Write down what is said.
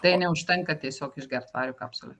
tai neužtenka tiesiog išgert vario kapsulę